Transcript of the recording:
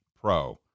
pro